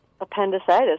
appendicitis